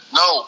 no